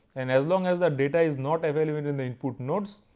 and as long as the data is not available in the input nodes,